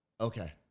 Okay